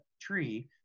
tree